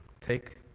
Take